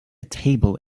table